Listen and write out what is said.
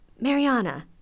Mariana